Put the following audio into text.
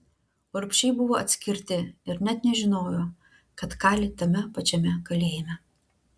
urbšiai buvo atskirti ir net nežinojo kad kali tame pačiame kalėjime